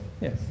yes